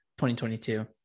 2022